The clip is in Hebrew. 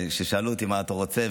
כששאלו אותי: מה אתה רוצה,